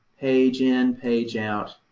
page in, page out.